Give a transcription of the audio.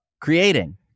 creating